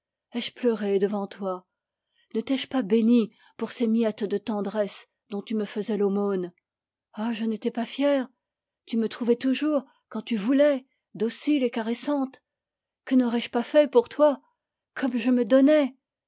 ai-je pleuré devant toi ne t'ai-je pas béni pour ces miettes de tendresse dont tu me faisais l'aumône ah je n'étais pas fière tu me trouvais toujours quand tu voulais docile et caressante que n'aurais-je pas fait pour toi comme je me donnais